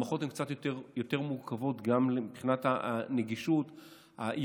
המערכות הן קצת יותר מורכבות גם מבחינת הנגישות והיכולת